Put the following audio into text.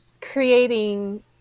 creating